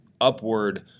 upward